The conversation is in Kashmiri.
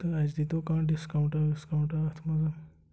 تہٕ اَسہِ دیٖتو کانٛہہ ڈِسکاوُنٛٹہ وِسکاوُنٛٹہ اَتھ منٛز